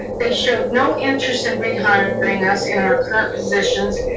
they showed no interest in rehiring us in our current positions,